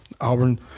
Auburn